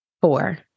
Four